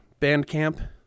Bandcamp